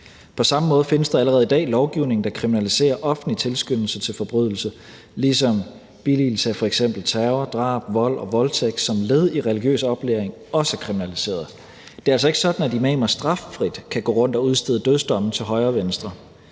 På samme måde findes der allerede i dag lovgivning, der kriminaliserer offentlig tilskyndelse til forbrydelse, ligesom billigelse af f.eks. terror, drab, vold og voldtægt som led i religiøs oplæring også er kriminaliseret. Det er altså ikke sådan, at imamer straffrit kan gå rundt og udstede dødsdomme til højre og venstre.